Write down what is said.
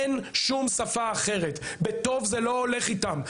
אין שום שפה אחרת, בטוב זה לא הולך איתם.